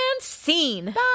scene